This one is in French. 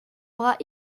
bras